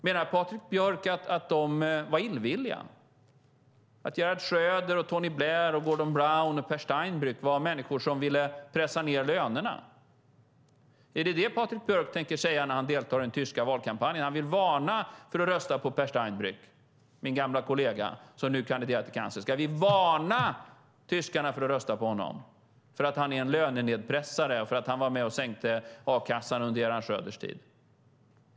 Menar Patrik Björck att de var illvilliga, att Gerhard Schröder, Tony Blair, Gordon Brown och Peer Steinbrück var människor som ville pressa ned lönerna? Är det vad Patrik Björck tänker säga när han deltar i den tyska valkampanjen. Vill han varna för att rösta på Peer Steinbrück, min gamle kollega som nu kandiderar till kansler? Ska vi varna tyskarna för att rösta på honom, för att han är en lönenedpressare och var med och sänkte a-kassan under Gerhard Schröders tid?